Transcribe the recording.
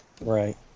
Right